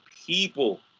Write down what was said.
people